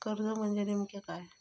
कर्ज म्हणजे नेमक्या काय?